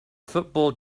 football